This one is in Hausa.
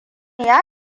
ya